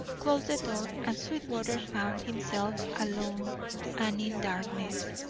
closed the door, and sweetwater found himself alone and in darkness.